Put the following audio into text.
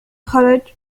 خرج